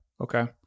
okay